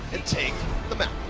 and take the mound.